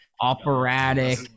Operatic